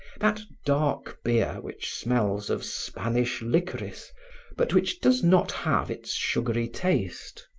that dark beer which smells of spanish licorice but which does not have its sugary taste.